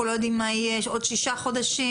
לא יודעים מה יהיה בעוד שישה חודשים,